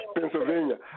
Pennsylvania